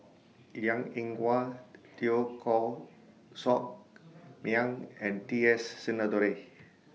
Liang Eng Hwa Teo Koh Sock Miang and T S Sinnathuray